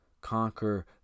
conquer